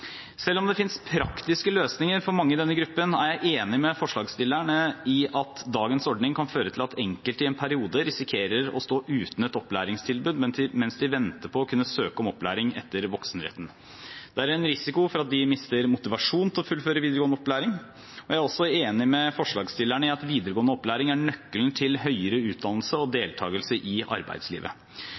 Selv om det fins praktiske løsninger for mange i denne gruppen, er jeg enig med forslagsstillerne i at dagens ordning kan føre til at enkelte i en periode risikerer å stå uten et opplæringstilbud mens de venter på å kunne søke om opplæring etter voksenretten. Det er en risiko for at de mister motivasjonen til å fullføre videregående opplæring. Jeg er også enig med forslagsstillerne i at videregående opplæring er nøkkelen til høyere utdannelse og deltakelse i arbeidslivet.